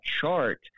chart